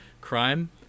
crime